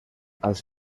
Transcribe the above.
als